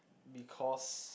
because